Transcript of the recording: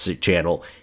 channel